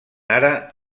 ara